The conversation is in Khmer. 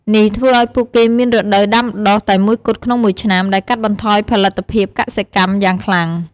នេះធ្វើឱ្យពួកគេមានរដូវដាំដុះតែមួយគត់ក្នុងមួយឆ្នាំ ដែលកាត់បន្ថយផលិតភាពកសិកម្មយ៉ាងខ្លាំង។